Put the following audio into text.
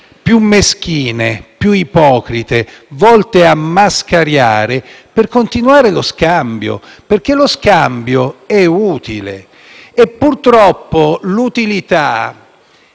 più meschine, più ipocrite, volte a mascariare, per continuare lo scambio. Lo scambio è infatti utile e purtroppo l'utilità